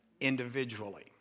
individually